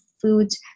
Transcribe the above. foods